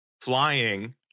flying